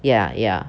ya ya